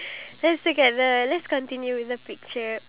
what I love most about this picture is